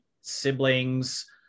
siblings